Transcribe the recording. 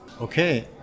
Okay